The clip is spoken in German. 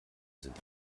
sind